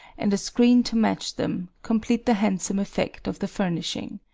and a screen to match them, complete the handsome effect of the furnishing.